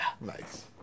Nice